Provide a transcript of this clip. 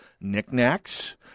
knickknacks